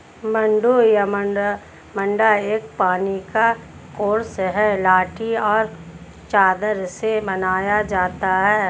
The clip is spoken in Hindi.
मड्डू या मड्डा एक पानी का कोर्स है लाठी और चादर से बनाया जाता है